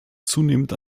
zunehmend